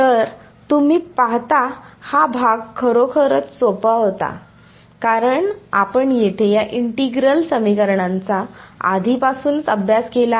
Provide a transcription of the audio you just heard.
तर तुम्ही पाहता हा भाग खरोखरच सोपा होता कारण आपण येथे या इंटिग्रल समीकरणांचा आधीपासूनच अभ्यास केला आहे